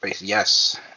Yes